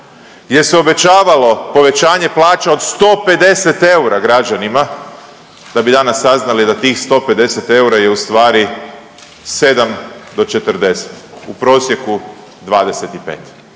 gdje se obećavalo povećanje plaća od 150 eura građanima, da bi danas saznali da tih 150 eura je ustvari 7 do 40, u prosjeku 25